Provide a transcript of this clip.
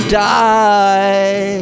die